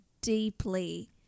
deeply